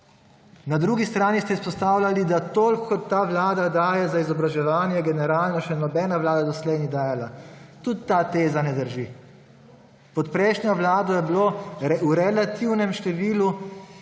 Na drugi strani ste izpostavljali, da toliko kot ta vlada daje za izobraževanje, generalno še nobena vlada doslej ni dajala. Tudi ta teza ne drži. Pod prejšnjo vlado je bilo v relativnem številu